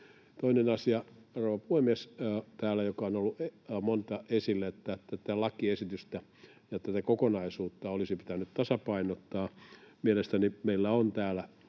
Toinen asia, rouva puhemies, joka on ollut täällä esillä, on se, että tätä lakiesitystä ja tätä kokonaisuutta olisi pitänyt tasapainottaa. Mielestäni meillä on täällä